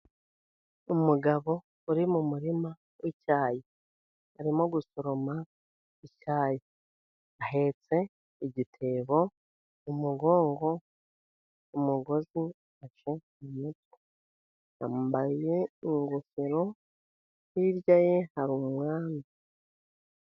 Umugabo uri mu murima w'icyayi arimo gusoroma icyayi ahetse igitebo mu mugongo umugozi ufashe mu mutwe yambaye ingofero ,hirya ye hari umwana.